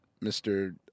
Mr